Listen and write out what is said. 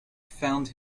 found